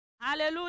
hallelujah